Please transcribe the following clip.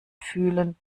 fühlen